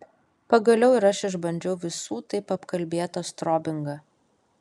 pagaliau ir aš išbandžiau visų taip apkalbėtą strobingą